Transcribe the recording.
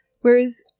Whereas